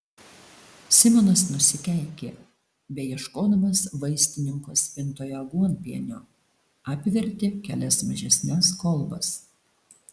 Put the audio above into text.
simonas nusikeikė beieškodamas vaistininko spintoje aguonpienio apvertė kelias mažesnes kolbas